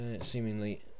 seemingly